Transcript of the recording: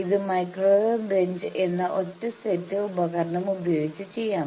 ഇത് microwave bench എന്ന ഒരൊറ്റ സെറ്റ് ഉപകരണം ഉപയോഗിച്ച് ചെയ്യാം